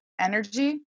energy